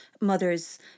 mothers